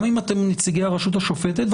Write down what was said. גם אם אתם נציגי הרשות השופטת,